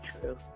true